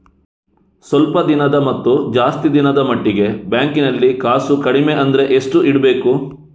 ಸ್ವಲ್ಪ ದಿನದ ಮತ್ತು ಜಾಸ್ತಿ ದಿನದ ಮಟ್ಟಿಗೆ ಬ್ಯಾಂಕ್ ನಲ್ಲಿ ಕಾಸು ಕಡಿಮೆ ಅಂದ್ರೆ ಎಷ್ಟು ಇಡಬೇಕು?